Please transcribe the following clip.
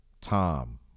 tom